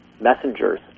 messengers